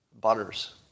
Butters